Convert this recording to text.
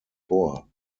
vor